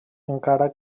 encara